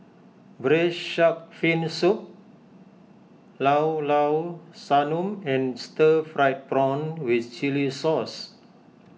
Braised Shark Fin Soup Llao Llao Sanum and Stir Fried Prawn with Chili Sauce